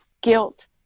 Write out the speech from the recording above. guilt